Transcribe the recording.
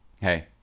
hey